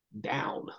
down